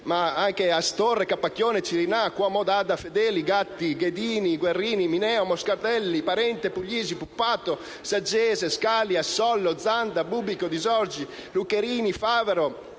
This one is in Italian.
ma anche Astorre, Capacchione, Cirinnà, Cuomo, D'Adda, Fedeli, Gatti, Rita Ghedini, Guerrieri, Mineo, Moscardelli, Parente, Puglisi, Puppato, Saggese, Scalia, Sollo, Zanda, Bubbico, Di Giorgi, Lucherini, Favero,